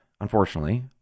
unfortunately